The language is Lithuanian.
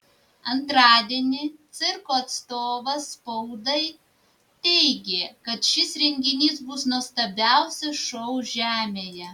antradienį cirko atstovas spaudai teigė kad šis renginys bus nuostabiausias šou žemėje